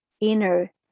inner